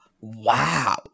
wow